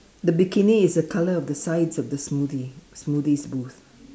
the bikini is the color of the sides of the smoothie smoothies booth